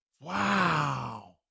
Wow